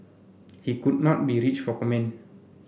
he could not be reached for comment